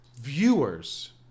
viewers